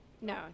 No